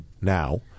now